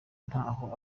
ntaho